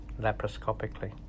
laparoscopically